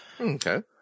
Okay